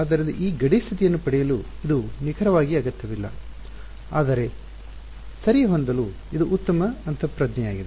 ಆದ್ದರಿಂದ ಈ ಗಡಿ ಸ್ಥಿತಿಯನ್ನು ಪಡೆಯಲು ಇದು ನಿಖರವಾಗಿ ಅಗತ್ಯವಿಲ್ಲ ಆದರೆ ಸರಿ ಹೊಂದಲು ಇದು ಉತ್ತಮ ಅಂತಃಪ್ರಜ್ಞೆಯಾಗಿದೆ